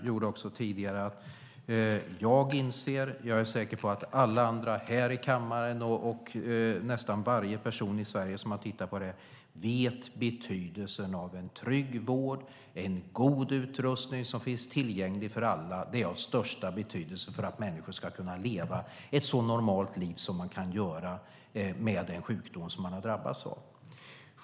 Jag är säker på att alla här i kammaren, och nästan varje person i Sverige som har tittat på det här, liksom jag själv vet betydelsen av att en trygg vård och god utrustning som finns tillgänglig för alla är av största betydelse för att människor ska kunna leva ett så normalt liv som man kan göra med en sjukdom som man har drabbats av.